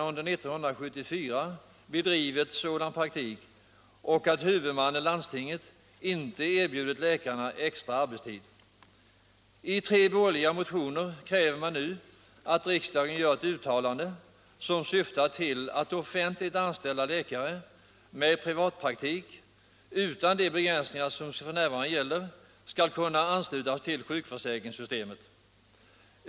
I tre borgerliga motioner krävs nu att riksdagen gör ett uttalande, som syftar till att offentliganställda läkare med privatpraktik skall utan de begränsningar som f. n. gäller kunna anslutas till sjukförsäkringssystemet.